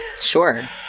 Sure